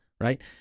Right